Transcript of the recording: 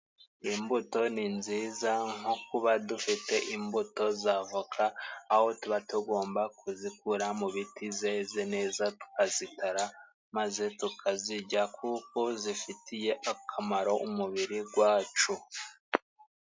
Imbuto ni nziza nko kuba dufite imbuto z'avoka, aho tuba tugomba kuzikura mu biti zeze neza tukazitara maze tukazijya kuko zifitiye akamaro umubiri gwacu.